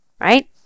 right